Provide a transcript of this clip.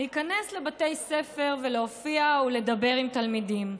להיכנס לבתי ספר ולהופיע ולדבר עם תלמידים.